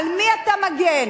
על מי אתה מגן?